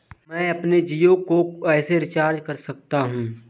मैं अपने जियो को कैसे रिचार्ज कर सकता हूँ?